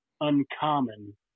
uncommon